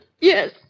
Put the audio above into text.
Yes